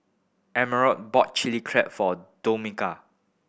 Americo bought Chilli Crab for Dominga